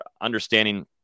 understanding